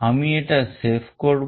আমি এটা save করব